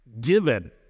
given